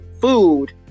food